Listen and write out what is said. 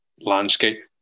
landscape